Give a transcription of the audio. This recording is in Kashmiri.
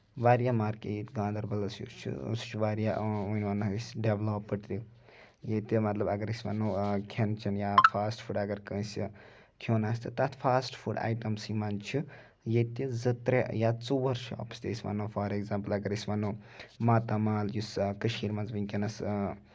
واریاہ مارکیٚٹ گاندربَلس یُس چھُ سُہ چھُ واریاہ یِوان نیہِ ڈیولَپٕڑ تہِ ییٚتہِ مطلب اَگر أسۍ وَنو کھیٚن چھیٚن یا فاسٹ فوٚڈ ایٹم اَگر کٲنسہِ کھیٚونۍ آسہِ تَتھ فاسٹ فوٚڈ ایٹم سٕے منٛز چھِ ییٚتہِ زٕ ترٛےٚ یا ژور چھُ شاپٕس أسۍ وَنو فار ایٚکزامپٕل اَگر أسۍ وَنو ماتامال یُس کٔشیٖر منٛز وُنکیٚنس